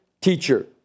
teacher